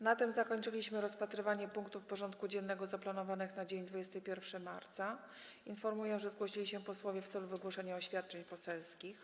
Na tym zakończyliśmy rozpatrywanie punktów porządku dziennego zaplanowanych na dzień 21 marca br. Informuję, że zgłosili się posłowie w celu wygłoszenia oświadczeń poselskich.